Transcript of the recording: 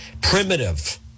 primitive